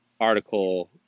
article